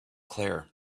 claire